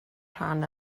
rhan